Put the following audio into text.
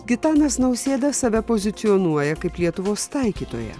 gitanas nausėda save pozicionuoja kaip lietuvos taikytoją